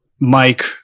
mike